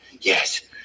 yes